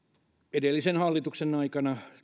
edellisen hallituksen aikana